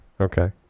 Okay